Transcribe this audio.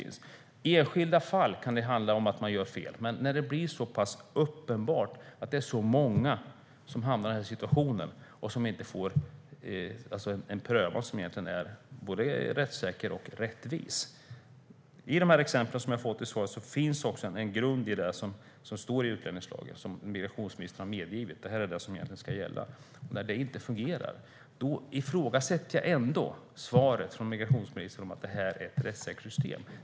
I enskilda fall kan det handla om att man gör fel, men det blir uppenbart att det är många som hamnar i den här situationen och som inte får en prövning som är både rättssäker och rättvis. I de exempel som jag har fått i svaret finns också en grund i det som står i utlänningslagen, som migrationsministern har medgivit. Det är det som egentligen ska gälla. När det inte fungerar ifrågasätter jag ändå svaret från migrationsministern om att det är ett rättssäkert system.